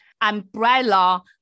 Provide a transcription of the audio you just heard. umbrella